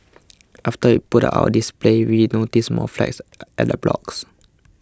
after we put our display we noticed more flags at the blocks